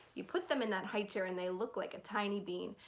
you put them in that highchair and they look like a tiny bean.